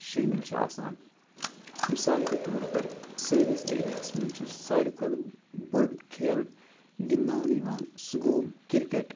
شٲمِل چھِ آسان مِثال کے طور پر سٲنِس ایرِیاہَس منٛز چھِ ساروی کھۄتہٕ بٔڑ کھیل گِنٛدناونہٕ یِوان سُہ گوٚو کِرکَٹ